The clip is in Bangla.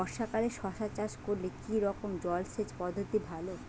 বর্ষাকালে শশা চাষ করলে কি রকম জলসেচ পদ্ধতি ভালো?